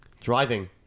Driving